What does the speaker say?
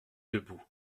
debout